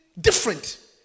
different